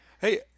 Hey